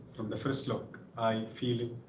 from the first look i felt